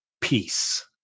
peace